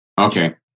Okay